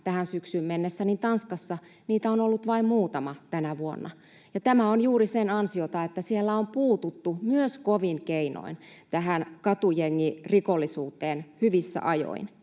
tähän syksyyn mennessä, niin Tanskassa niitä on ollut vain muutama tänä vuonna, ja tämä on juuri sen ansiota, että siellä on puututtu myös kovin keinoin tähän katujengirikollisuuteen hyvissä ajoin.